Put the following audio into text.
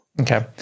Okay